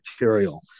material